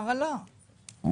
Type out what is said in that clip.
השכר עלה ב-10%,